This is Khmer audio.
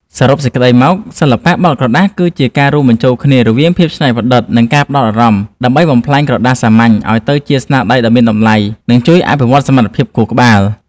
សរុបសេចក្ដីមក សិល្បៈបត់ក្រដាស គឺជាការរួមបញ្ចូលគ្នារវាងភាពច្នៃប្រឌិត និងការផ្ដោតអារម្មណ៍ ដើម្បីបំប្លែងក្រដាសសាមញ្ញឱ្យទៅជាស្នាដៃដ៏មានតម្លៃ និងជួយអភិវឌ្ឍសមត្ថភាពខួរក្បាល។